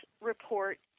report